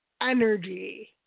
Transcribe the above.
energy